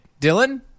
dylan